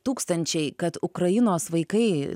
tūkstančiai kad ukrainos vaikai